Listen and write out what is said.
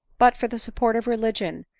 but for the support of religion,